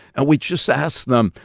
and we just asked them,